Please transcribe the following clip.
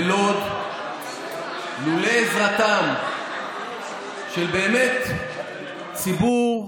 בלוד, לולא עזרתו של ציבור אידיאולוגי,